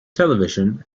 television